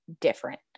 different